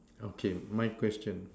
okay my question